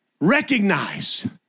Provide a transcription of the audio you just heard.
Recognize